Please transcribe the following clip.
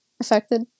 affected